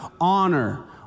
Honor